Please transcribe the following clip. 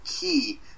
key